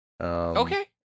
Okay